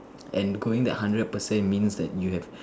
and going that hundred percent means that you have